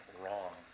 wrong